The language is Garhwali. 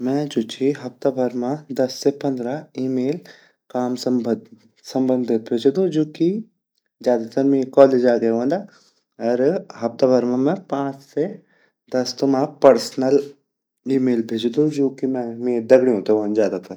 मैं जु ची हफ्ता भर मा दस से पन्द्र ईमेल काम सम्बंधित भजदू जु की ज़्यादा तर मेरा कालेजा गे वोन्दा अर हफ्ता भर मा मैं पांच से दस ता पर्सनल ईमेल भजदू जु कि मेरा दगडयू ते वांडा ज़्यादा तर।